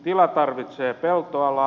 tila tarvitsee peltoalaa